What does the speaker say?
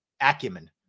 acumen